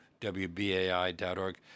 WBAI.org